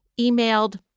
emailed